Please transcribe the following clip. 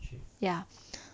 ya